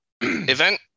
Event